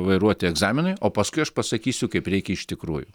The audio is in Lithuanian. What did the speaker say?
vairuoti egzaminui o paskui aš pasakysiu kaip reikia iš tikrųjų